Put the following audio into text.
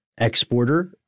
exporter